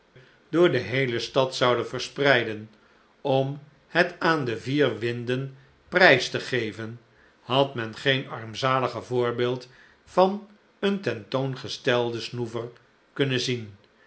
door de geheele stad zouden verspreiden om het aan de vier winden prijs te geven had men geen armzaliger voorbeeld van een tentoongestelden snoever kunnen zien